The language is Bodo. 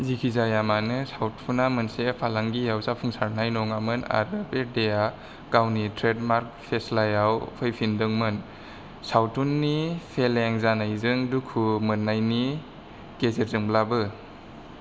जिखिजाया मानो सावथुना मोनसे फालांगियाव जाफुंसारनाय नङामोन आरो बेर्डेआ गावनि ट्रेडमार्क फेस्लायाव फैफिनदोंमोन सावथुन्नि फेलें जानायजों दुखु मोन्नायनि गेजेरजोंब्लाबो